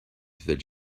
through